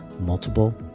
multiple